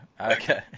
Okay